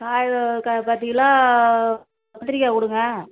காய் ஓ க பத்து கிலோ கத்திரிக்காய் கொடுங்க